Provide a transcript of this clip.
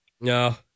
No